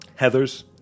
Heathers